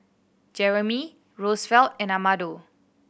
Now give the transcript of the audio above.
Jeramie Rosevelt and Amado